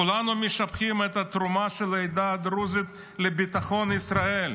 כולנו משבחים את התרומה של העדה הדרוזית לביטחון ישראל.